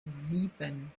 sieben